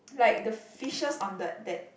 like the fishes on the that